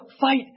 fight